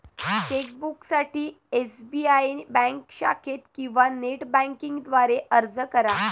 चेकबुकसाठी SBI bank शाखेत किंवा नेट बँकिंग द्वारे अर्ज करा